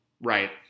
Right